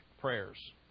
prayers